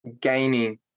gaining